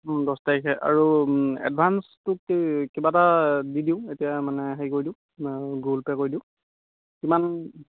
দহ তাৰিখে আৰু এডভাঞ্চ তোক কি কিবা এটা দি দিওঁ এতিয়া মানে হেৰি কৰি দিওঁ গুগল পে' কৰি দিওঁ কিমান